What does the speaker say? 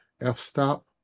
f-stop